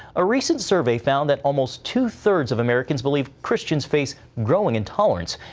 a recent survey found that almost two-thirds of americans believe christians face growing intolerance,